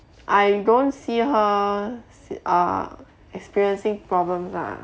I don't see her sit~ uh experiencing problems lah